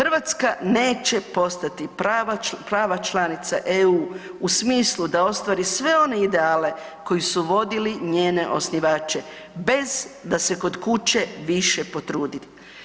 Hrvatska neće postati prava članica EU u smislu da ostvari sve one ideale koji su vodili njene osnivače bez da se kod kuće više potrudi.